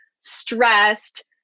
stressed